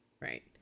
Right